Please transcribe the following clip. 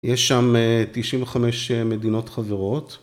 יש שם 95 מדינות חברות.